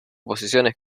posiciones